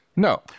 No